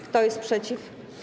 Kto jest przeciw?